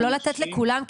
לא לתת לכולם,